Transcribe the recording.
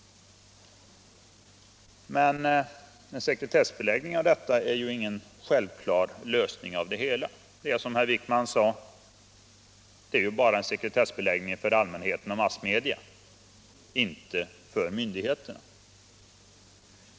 Men en sekretessbeläggning av detta register är ingen självklar lösning — det är, som herr Wijkman sade, bara en sekretessbeläggning för allmänhet och massmedia, inte för myndigheterna.